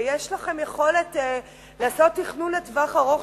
ויש לכם יכולת לעשות תכנון לטווח ארוך,